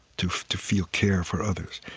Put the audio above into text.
to to feel care for others.